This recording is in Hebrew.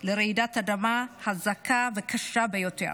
לרעידת אדמה חזקה וקשה ביותר.